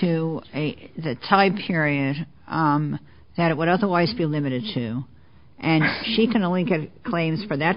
to the type period that it would otherwise be limited to and she can only give claims for that